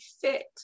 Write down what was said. fit